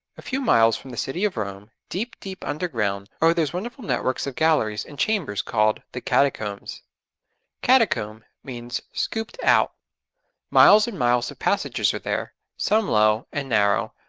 a few miles from the city of rome, deep, deep underground, are those wonderful networks of galleries and chambers called the catacombs catacomb means scooped out miles and miles of passages are there, some low and narrow,